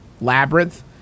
Labyrinth